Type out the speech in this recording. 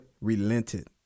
relented